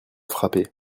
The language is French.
frappés